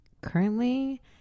Currently